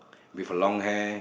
with long hair